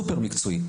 סופר מקצועי,